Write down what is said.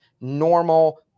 normal